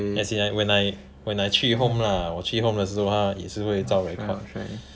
as in like when I when I 去 home lah 我去的时候 home 它也是会造 record